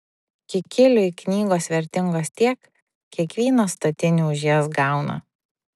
kikiliui knygos vertingos tiek kiek vyno statinių už jas gauna